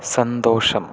സന്തോഷം